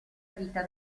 vita